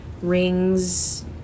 rings